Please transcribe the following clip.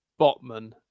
Botman